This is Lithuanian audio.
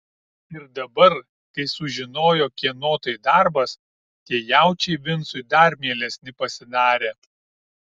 ir dabar kai sužinojo kieno tai darbas tie jaučiai vincui dar mielesni pasidarė